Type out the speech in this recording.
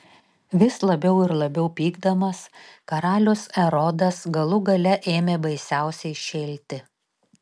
vis labiau ir labiau pykdamas karalius erodas galų gale ėmė baisiausiai šėlti